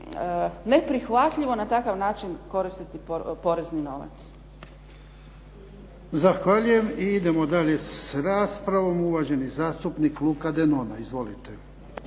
neprihvatljivo na takav način koristiti porezni novac. **Jarnjak, Ivan (HDZ)** Zahvaljujem. Idemo dalje s raspravom. Uvaženi zastupnik Luka Denona. Izvolite.